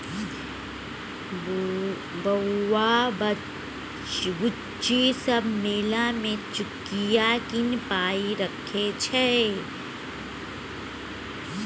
बौआ बुच्ची सब मेला मे चुकिया कीन पाइ रखै छै